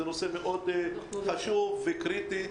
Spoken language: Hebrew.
זה נושא מאוד חשוב וקריטי.